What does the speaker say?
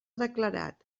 declarat